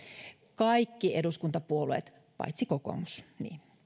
kaikki eduskuntapuolueet paitsi kokoomus niin